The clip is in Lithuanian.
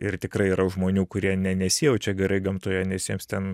ir tikrai yra žmonių kurie ne nesijaučia gerai gamtoje nes jiems ten